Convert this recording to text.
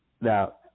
Now